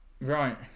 Right